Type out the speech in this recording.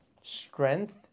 strength